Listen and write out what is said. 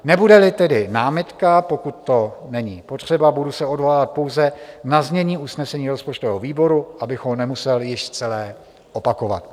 Nebudeli tedy námitka, pokud to není potřeba, budu se odvolávat pouze na znění usnesení rozpočtového výboru, abych ho nemusel již celé opakovat.